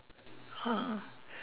!huh!